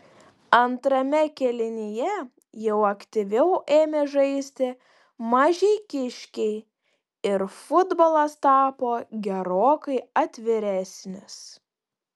antrame kėlinyje jau aktyviau ėmė žaisti mažeikiškiai ir futbolas tapo gerokai atviresnis